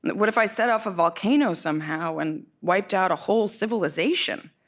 what if i set off a volcano somehow and wiped out a whole civilization?